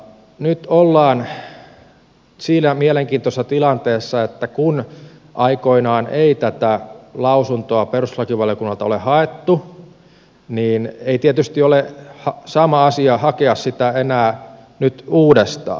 nyt ollaan siinä mielenkiintoisessa tilanteessa että kun aikoinaan ei tätä lausuntoa perustuslakivaliokunnalta ole haettu niin ei tietysti ole sama asia hakea sitä enää nyt uudestaan